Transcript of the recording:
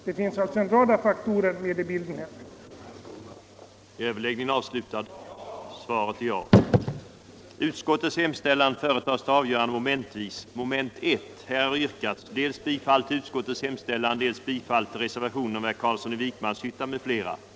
Det finns alltså en rad faktorer med i bilden här att ta hänsyn till.